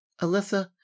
Alyssa